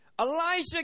Elijah